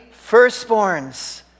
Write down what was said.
firstborns